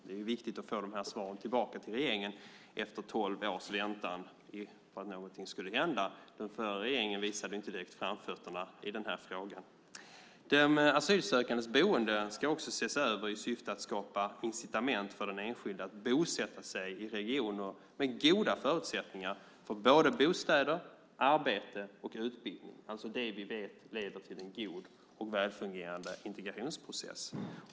Det är viktigt att få svaren tillbaka till regeringen efter tolv års väntan på att något skulle hända. Den förra regeringen visade inte direkt framfötterna i frågan. Den asylsökandes boende ska också ses över i syfte att skapa incitament för den enskilde att bosätta sig i regioner med goda förutsättningar för både bostäder, arbete och utbildning - alltså det vi vet leder till en god och väl fungerande integrationsprocess.